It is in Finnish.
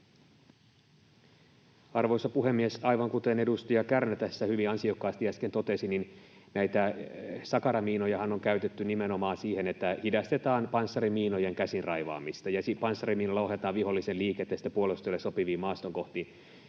Arvoisa puhemies! Aivan kuten edustaja Kärnä tässä hyvin ansiokkaasti äsken totesi, niin näitä sakaramiinojahan on käytetty nimenomaan siihen, että hidastetaan panssarimiinojen käsin raivaamista, ja panssarimiinoilla ohjataan vihollisen liikettä sitten puolustajalle sopiviin maastonkohtiin.